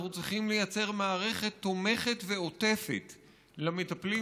אנחנו צריכים לייצר מערכת תומכת ועוטפת למטפלים,